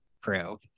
crew